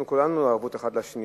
שלכולנו יש ערבות אחד לשני,